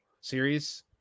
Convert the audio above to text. series